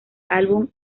álbum